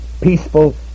peaceful